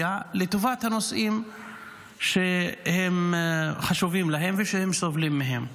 לטובת הנושאים שחשובים להם ושהם סובלים מהם.